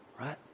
Right